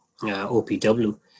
OPW